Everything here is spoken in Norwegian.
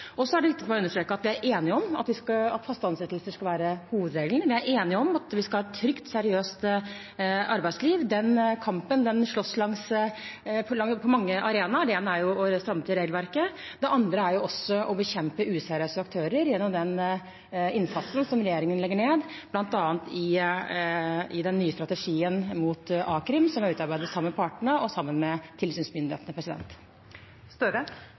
er viktig for meg å understreke at vi er enige om at faste ansettelser skal være hovedregelen. Vi er enige om at vi skal ha et trygt, seriøst arbeidsliv. Den kampen kjempes på mange arenaer. Det ene er å stramme til regelverket, det andre er også å bekjempe useriøse aktører gjennom den innsatsen som regjeringen legger ned, bl.a. i den nye strategien mot a-krim, som vi har utarbeidet sammen med partene og